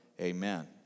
Amen